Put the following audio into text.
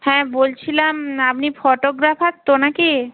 হ্যাঁ বলছিলাম আপনি ফটোগ্রাফার তো নাকি